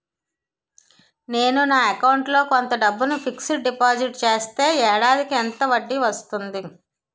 నేను నా అకౌంట్ లో కొంత డబ్బును ఫిక్సడ్ డెపోసిట్ చేస్తే ఏడాదికి ఎంత వడ్డీ వస్తుంది?